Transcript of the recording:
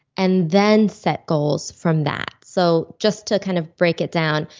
and then set goals from that. so just to kind of break it down,